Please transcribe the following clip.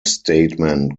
statement